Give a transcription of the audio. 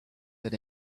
that